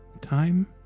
time